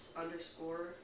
underscore